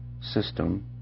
system